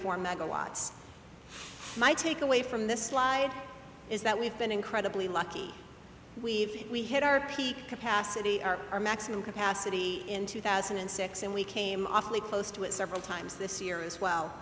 four megawatts my takeaway from this slide is that we've been incredibly lucky we've we hit our peak capacity our maximum capacity in two thousand and six and we came awfully close to it several times this year as well